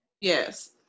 Yes